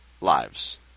lives